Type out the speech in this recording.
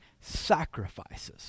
sacrifices